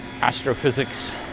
astrophysics